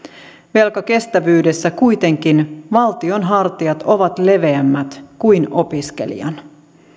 velkakestävyydessä kuitenkin valtion hartiat ovat leveämmät kuin opiskelijan